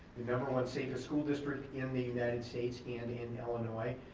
the number one safest school district in the united states and in illinois,